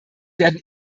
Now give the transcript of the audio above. werden